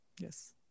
Yes